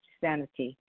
sanity